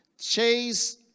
chase